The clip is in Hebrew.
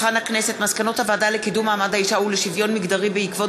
מסקנות הוועדה לקידום מעמד האישה ולשוויון מגדרי בעקבות